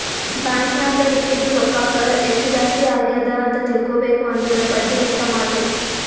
bank ನಾಗ್ ಇಟ್ಟಿದು ರೊಕ್ಕಾಕ ಎಸ್ಟ್ ಜಾಸ್ತಿ ಅಗ್ಯಾದ್ ಅಂತ್ ತಿಳ್ಕೊಬೇಕು ಅಂದುರ್ ಬಡ್ಡಿ ಲೆಕ್ಕಾ ಮಾಡ್ಬೇಕ